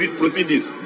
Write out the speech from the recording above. proceedings